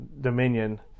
Dominion